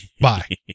Bye